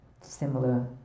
similar